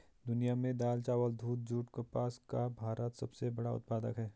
दुनिया में दाल, चावल, दूध, जूट और कपास का भारत सबसे बड़ा उत्पादक है